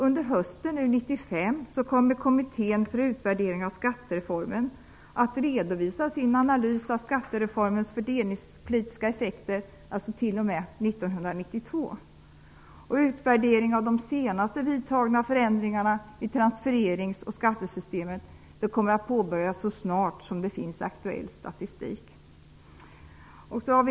Under hösten 1995 kommer Kommittén för utvärdering av skattereformen att redovisa sin analys av skattereformens fördelningspolitiska effekter t.o.m. 1992. Utvärdering av de senast vidtagna förändringarna i transfererings och skattesystemen kommer att påbörjas så snart det finns aktuell statistik. 4.